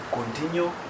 continue